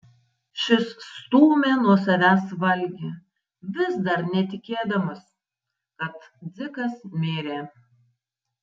šis stūmė nuo savęs valgį vis dar netikėdamas kad dzikas mirė